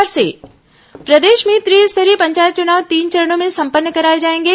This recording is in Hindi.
त्रिस्तरीय पंचायत चुनाव प्रदेश में त्रिस्तरीय पंचायत चुनाव तीन चरणों में संपन्न कराए जाएंगे